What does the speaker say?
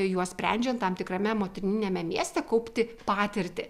juos sprendžiant tam tikrame motininiame mieste kaupti patirtį